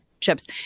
chips